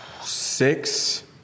Six